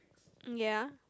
ya